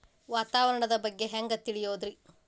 ವಾತಾವರಣದ ಬಗ್ಗೆ ಹ್ಯಾಂಗ್ ತಿಳಿಯೋದ್ರಿ?